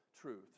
truth